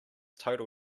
total